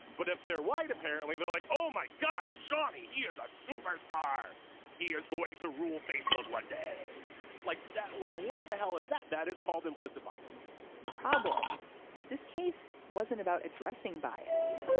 but if they're white apparently they're like oh my god johnny here's a superstar here's going to rule facebook one day like that like what the hell is that that is called implicit bias the problem is this case wasn't about addressing bias.